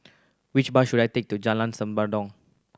which bus should I take to Jalan Senandong